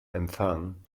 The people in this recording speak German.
empfang